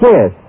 Yes